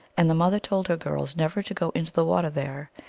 and the mother told her girls never to go into the water there,